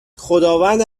خداوند